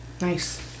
Nice